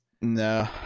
No